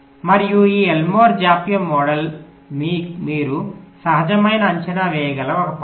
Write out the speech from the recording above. మరియు ఈ ఎల్మోర్ జాప్యం మోడల్ మీరు సహజమైన అంచనా వేయగల ఒక పద్ధతి